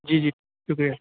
جی جی شکریہ